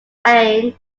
anne